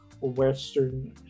Western